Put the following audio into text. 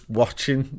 watching